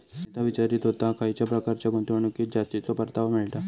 सुनीता विचारीत होता, खयच्या प्रकारच्या गुंतवणुकीत जास्तीचो परतावा मिळता?